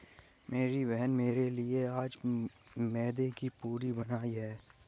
मेरी बहन में मेरे लिए आज मैदे की पूरी बनाई है